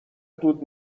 دود